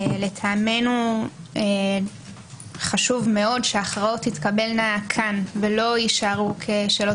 לטעמנו חשוב מאוד שההכרעות תתקבלנה כאן ולא יישארו שאלות